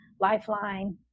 lifeline